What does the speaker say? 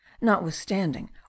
notwithstanding